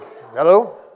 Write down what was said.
Hello